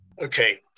Okay